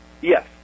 Yes